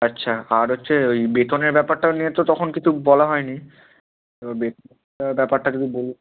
আচ্ছা আর হচ্ছে ওই বেতনের ব্যাপারটা নিয়ে তো তখন কিন্তু বলা হয়নি এবার বেতনের ব্যাপারটা যদি বলেন